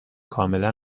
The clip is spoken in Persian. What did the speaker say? کاملا